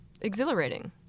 exhilarating